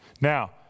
Now